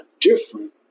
different